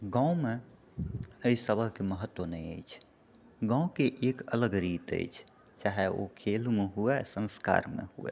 गाँवमे एहि सभके महत्व नहि अछि गाँवके एक अलग रीत अछि चाहे ओ खेलमे हुए संस्कारमे हुए